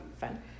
fun